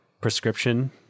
prescription